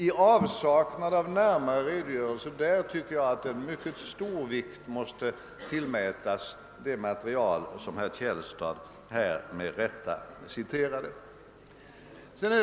I avsaknad av närmare redogörelse anser jag att mycket stor vikt måste tillmätas det material som herr Källstad med rätta har åberopat.